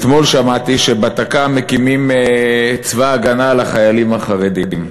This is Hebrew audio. אתמול שמעתי שבתק"מ מקימים צבא הגנה לחיילים החרדים.